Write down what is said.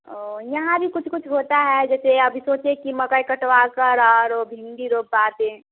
और यहाँ भी कुछ कुछ होता है जैसे अभी सोचे की मकई कटवाकर और वह भिन्डी रूपा दे